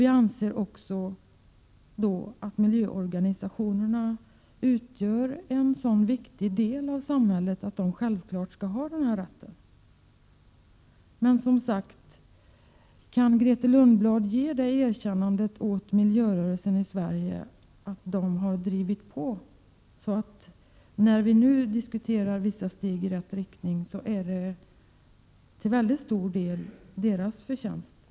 Vi anser också att miljöorganisationerna utgör en sådan viktig del av samhället att de självklart skall ha den rätt vi nu diskuterar. Som sagt, kan Grethe Lundblad ge det erkännandet åt miljörörelsen i Sverige att den driver på så att vi nu diskuterar vissa steg i rätt riktning? Det är ju till mycket stor del dess förtjänst.